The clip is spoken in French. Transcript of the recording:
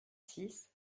six